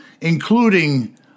including